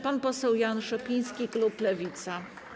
Pan poseł Jan Szopiński, klub Lewica.